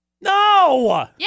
No